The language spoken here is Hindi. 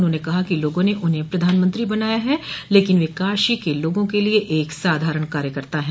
उन्होंने कहा कि लोगों ने उन्हें प्रधानमंत्री बनाया है लेकिन वे काशी के लोगों के लिए एक साधारण कार्यकर्ता हैं